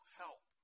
help